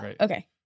Okay